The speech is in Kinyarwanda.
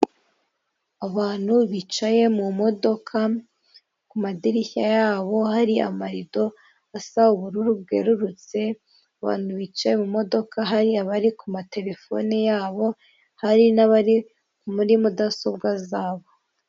Abantu bicaye mu modoka ku madirishya yabo hari amarido asa ubururu bwererutse, abantu bicaye mu modoka hari abari ku materefone yabo hari n'abari muri mudasobwa zabo.